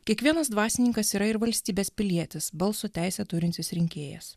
kiekvienas dvasininkas yra ir valstybės pilietis balso teisę turintis rinkėjas